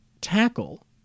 tackle